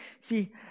See